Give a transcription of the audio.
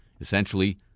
essentially